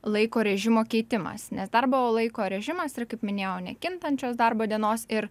laiko režimo keitimas nes darbo laiko režimas kaip minėjau nekintančios darbo dienos ir